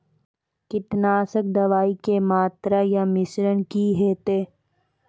कीटनासक दवाई के मात्रा या मिश्रण की हेते?